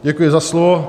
Děkuji za slovo.